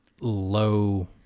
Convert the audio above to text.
low